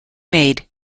made